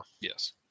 yes